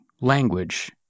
language